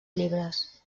llibres